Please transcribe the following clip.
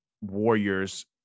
Warriors